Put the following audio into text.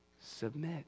Submit